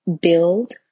build